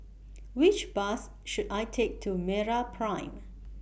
Which Bus should I Take to Meraprime